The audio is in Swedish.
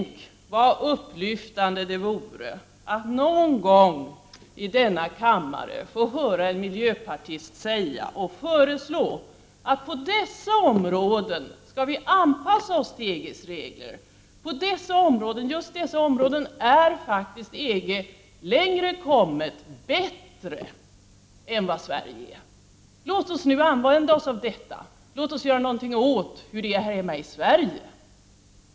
Tänk vad upplyftande det vore att någon gång i denna kammare få höra en miljöpartist säga: På dessa områden skall vi anpassa oss till EG:s regler; på just dessa områden har EG faktiskt kommit längre och är bättre än Sverige. Låt oss nu använda oss av detta, låt oss göra något åt förhållandena i Sverige.